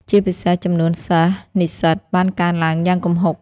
ជាពិសេស ចំនួនសិស្ស-និស្សិត បានកើនឡើងយ៉ាងគំហុក។